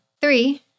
Three